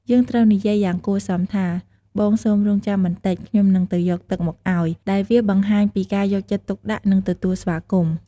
យើងត្រូវនិយាយយ៉ាងគួរសមថា បងសូមរង់ចាំបន្តិច ខ្ញុំនឹងទៅយកទឹកមកឲ្យ ដែលវាបង្ហាញពីការយកចិត្តទុកដាក់ និងទទួលស្វាគមន៍។